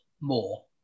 more